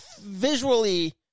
visually